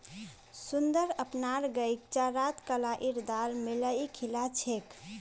सुंदर अपनार गईक चारात कलाईर दाल मिलइ खिला छेक